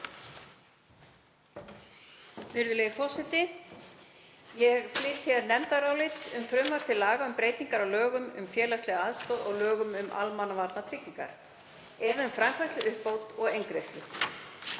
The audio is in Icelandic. Virðulegi forseti. Ég flyt hér nefndarálit um frumvarp til laga um breytingar á lögum um félagslega aðstoð og lögum um almannatryggingar, eða um framfærsluuppbót og eingreiðslu.